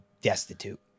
destitute